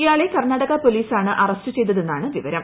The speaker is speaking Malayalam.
ഇയാളെ കർണ്ണാടക പോലീസാണ് അറസ്റ്റ് ചെയ്തതെന്നാണ് വിവരം